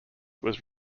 was